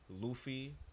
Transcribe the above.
luffy